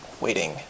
waiting